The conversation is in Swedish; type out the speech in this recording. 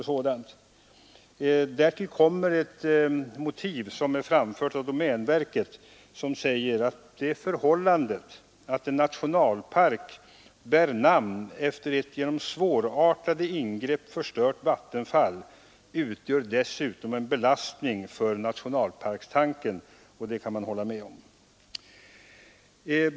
Därtill kommer ett motiv som har framförts av domänverket, som säger: ”Det förhållandet att en nationalpark bär namn efter ett genom svårartade ingrepp förstört vattenfall utgör dessutom en belastning för nationalparkstanken.” Det kan man hålla med om.